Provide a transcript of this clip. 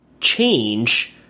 change